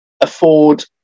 afford